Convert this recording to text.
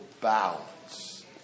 balance